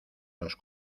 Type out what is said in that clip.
los